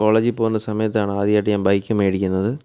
കോളേജിൽ പോകുന്ന സമയത്താണ് ആദ്യമായിട്ട് ഞാൻ ബൈക്ക് മേടിക്കുന്നത്